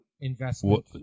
Investment